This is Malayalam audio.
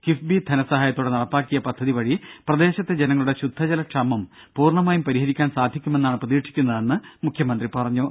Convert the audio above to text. കിഫ്ബി ധനസഹായത്തോടെ നടപ്പിലാക്കിയ പദ്ധതി വഴി പ്രദേശത്തെ ജനങ്ങളുടെ ശുദ്ധജല ക്ഷാമം പൂർണമായും പരിഹരിക്കാൻ സാധിക്കുമെന്നാണ് പ്രതീക്ഷിക്കുന്നതെന്ന് മുഖ്യമന്ത്രി പറഞ്ഞു